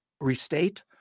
restate